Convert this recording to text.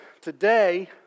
today